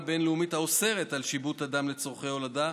בין-לאומית האוסרת שיבוט אדם לצורכי הולדה,